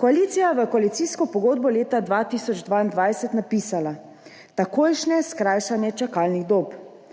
Koalicija je v koalicijsko pogodbo leta 2022 napisala – takojšnje skrajšanje čakalnih dob.